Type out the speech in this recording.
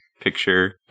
picture